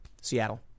Seattle